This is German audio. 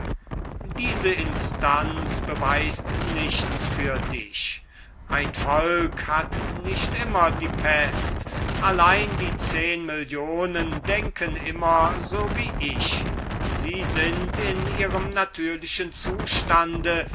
diese instanz beweist nichts für dich ein volk hat nicht immer die pest allein die zehn millionen denken immer so wie ich sie sind also in ihrem natürlichen zustande